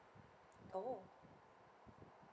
oh